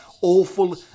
awful